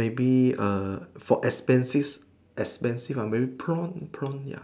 maybe err for expensive expensive err maybe prawn prawn ya